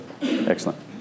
Excellent